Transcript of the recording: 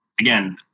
Again